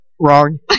wrong